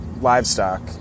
livestock